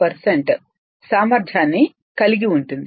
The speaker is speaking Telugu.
5 సామర్థ్యాన్ని కలిగి ఉంటుంది